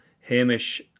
Hamish